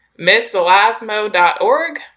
misselasmo.org